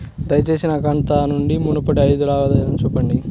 దయచేసి నా ఖాతా నుండి మునుపటి ఐదు లావాదేవీలను చూపండి